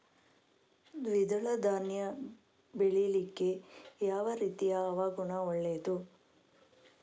ದ್ವಿದಳ ಧಾನ್ಯ ಬೆಳೀಲಿಕ್ಕೆ ಯಾವ ರೀತಿಯ ಹವಾಗುಣ ಒಳ್ಳೆದು?